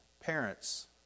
parents